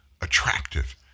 attractive